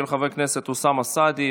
של חבר הכנסת אוסאמה סעדי.